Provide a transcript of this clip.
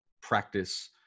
practice